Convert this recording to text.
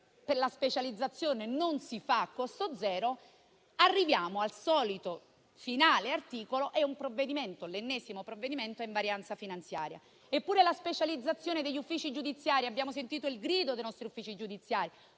che la specializzazione non si fa a costo zero, arriviamo al solito articolo finale: è l'ennesimo provvedimento a invarianza finanziaria. Anche la specializzazione degli uffici giudiziari - e abbiamo sentito il grido dei nostri uffici giudiziari